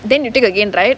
then you take again right